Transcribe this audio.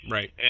Right